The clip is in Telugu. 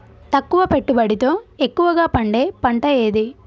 తక్కువ పెట్టుబడితో ఎక్కువగా పండే పంట ఏది?